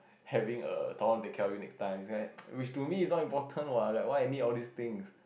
having a someone take care of you next time it's like which to me it's not important what like why I need all these things